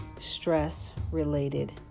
stress-related